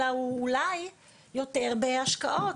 אלא הוא אולי יותר בהשקעות.